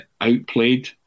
outplayed